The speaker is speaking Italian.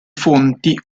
fonti